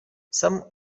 some